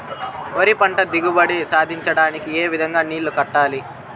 వరి పంట దిగుబడి సాధించడానికి, ఏ విధంగా నీళ్లు కట్టాలి?